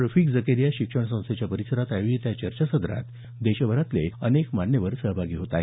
रफिक झकेरिया शिक्षण संस्थेच्या परिसरात आयोजित या चर्चासत्रात देशभरातले मान्यवर सहभागी होणार आहेत